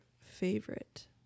favorite